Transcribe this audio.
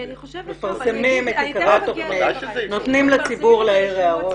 מפרסמים את עיקרי התוכנית ונותנים לציבור להעיר הערות.